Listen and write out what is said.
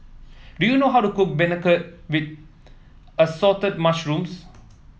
do you know how to cook beancurd with Assorted Mushrooms